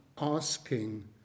Asking